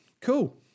cool